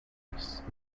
release